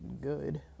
good